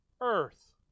Earth